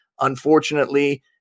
Unfortunately